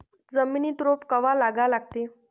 जमिनीत रोप कवा लागा लागते?